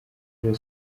rayon